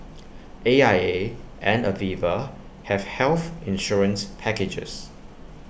A I A and Aviva have health insurance packages